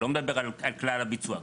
לא מדבר על כלל הביצוע.